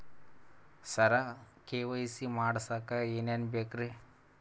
ಸರ KYC ಮಾಡಸಕ್ಕ ಎನೆನ ಬೇಕ್ರಿ?